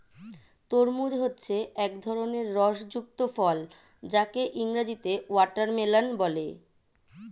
তরমুজ হচ্ছে এক ধরনের রস যুক্ত ফল যাকে ইংরেজিতে ওয়াটারমেলান বলে